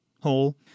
hole